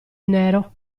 nero